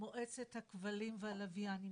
היא מתכוונת למועצת הכבלים והלוויין,